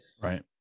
Right